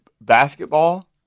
basketball